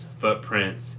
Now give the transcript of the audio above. footprints